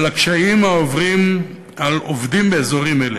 על הקשיים העוברים על עובדים באזורים אלו.